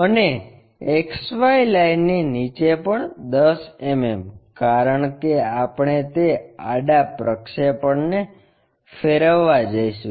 અને XY લાઇનની નીચે પણ 10 mm કારણ કે આપણે તે આડા પ્રક્ષેપણને ફેરવવા જઈશું